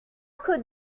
could